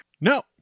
no